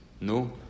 No